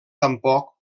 tampoc